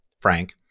Frank